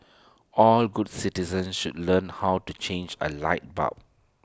all good citizens should learn how to change A light bulb